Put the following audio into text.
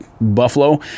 Buffalo